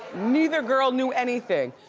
neither girl knew anything.